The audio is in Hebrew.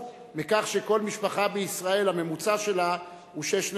מכך שכל משפחה בישראל, הממוצע שלה הוא שש נפשות,